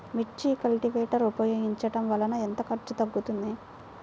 మిర్చి కల్టీవేటర్ ఉపయోగించటం వలన ఎంత ఖర్చు తగ్గుతుంది?